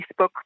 Facebook